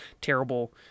terrible